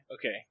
Okay